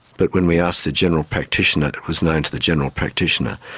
but when we asked the general practitioner, it was known to the general practitioner.